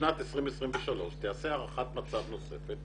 שבשנת 2023 תיעשה הערכת מצב נוספת